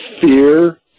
fear